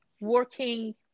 working